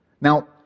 Now